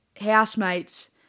housemates